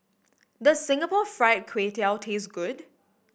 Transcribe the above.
does Singapore Fried Kway Tiao taste good